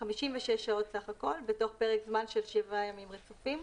56 שעות סך הכל, בכל פרק זמן של 7 ימים רצופים,